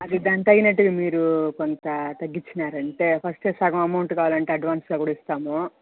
అది దానికి తగినట్టుగా మీరు కొంత తగ్గించారంటే ఫస్ట్ సగం అమౌంట్ కావాలంటే అడ్వాన్స్గా కూడా ఇస్తాము